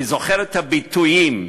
אני זוכר את הביטויים: